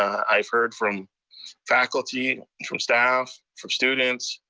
i've heard from faculty, and from staff, from students,